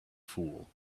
fool